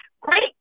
Great